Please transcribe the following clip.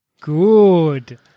Good